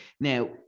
now